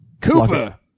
Cooper